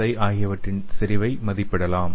ஐ ஆகியவற்றின் செறிவை மதிப்பிடலாம்